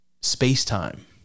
space-time